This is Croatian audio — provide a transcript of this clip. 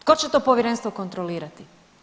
Tko će to povjerenstvo kontrolirati?